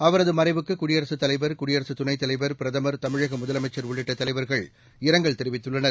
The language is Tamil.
அவரது மறைவுக்கு குடியரசுத் தலைவர் குடியரசு துணைத் தலைவர் பிரதமர் தமிழக முதலமைச்சர் உள்ளிட்ட தலைவர்கள் இரங்கல் தெரிவித்துள்ளனர்